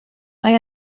mae